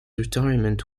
retirement